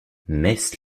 mess